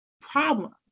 problem